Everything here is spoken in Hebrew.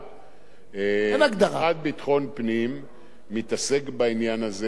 משרד ביטחון פנים מתעסק בעניין הזה באספקט של הגנת העורף.